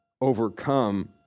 overcome